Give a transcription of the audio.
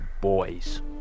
boys